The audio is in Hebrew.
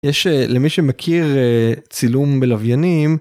יש למי שמכיר צילום בלוויינים.